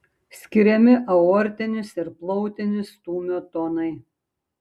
skiriami aortinis ir plautinis stūmio tonai